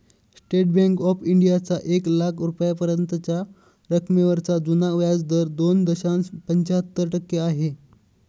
state bank of इंडियाचा एक लाख रुपयांपर्यंतच्या रकमेवरचा जुना व्याजदर दोन दशांश पंच्याहत्तर टक्के आहे